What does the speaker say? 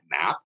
map